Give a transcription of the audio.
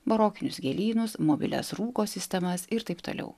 barokinius gėlynus mobilias rūko sistemas ir taip toliau